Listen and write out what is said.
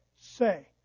say